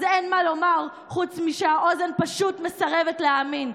אז אין מה לומר, חוץ משהאוזן פשוט מסרבת להאמין.